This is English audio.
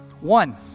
One